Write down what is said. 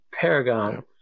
paragon